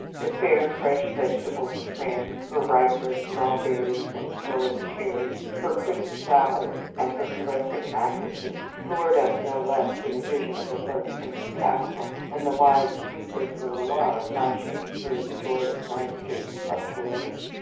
the fair fresh vegetables of france, her ripe red strawberries and glowing cherries, her crisp salads and her caressing mattresses lured us no less than the vision of a bloodstained castle, and the wide sweep of the loire flashing through the joyous landscape of touraine.